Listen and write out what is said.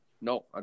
No